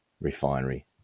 refinery